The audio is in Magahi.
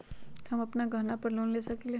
हम अपन गहना पर लोन ले सकील?